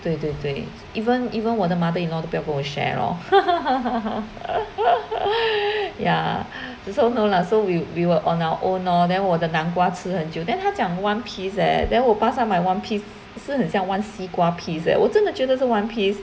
对对对 even even 我的 mother-in-law 都不要跟我 share lor ya so no lah so we we were on our own lor then 我的南瓜吃很久 then 他讲 one piece eh then 我巴刹买 one piece 是很像 one 西瓜 piece 我真的觉得是 one piece